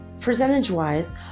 percentage-wise